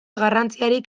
garrantziarik